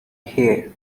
here